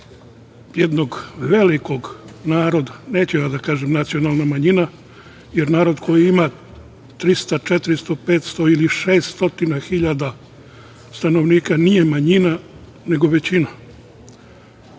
jednog velikog naroda, neću ja da kažem nacionalna manjina, jer narod koji ima 300, 400, 500 ili 600 hiljada stanovnika nije manjina nego većina. Na